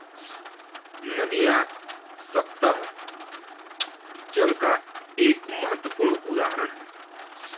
नदियां सत्तह जल का एक महत्वपूर्ण उदाहरण है